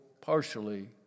partially